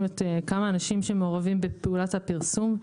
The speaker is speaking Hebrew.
להיות כמה אנשים שמעורבים בפעולת הפרסום.